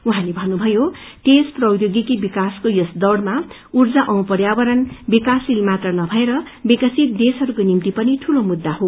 उहाँले भन्नुभयो तेज प्रीयोगिकी विकासको यस दौक्रमा ऊर्जा औ पर्यावरण विकासशील मात्र नभएर विकसित देशहरूको निम्ति पनि ठूलो मुद्दा हो